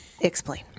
explain